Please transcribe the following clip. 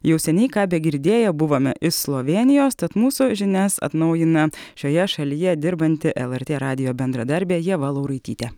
jau seniai ką begirdėję buvome iš slovėnijos tad mūsų žinias atnaujina šioje šalyje dirbanti lrt radijo bendradarbė ieva lauraitytė